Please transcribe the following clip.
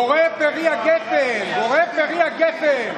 בורא פרי הגפן, בורא פרי הגפן.